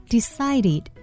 Decided